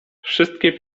wszystkie